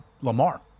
Lamar